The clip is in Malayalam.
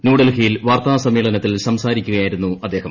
ന്യൂഡൽഹിയിൽ വാർത്താസമ്മേളനത്തിൽ സംസാരിക്കുകയായിരുന്നു അദ്ദേഹം